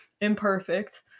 imperfect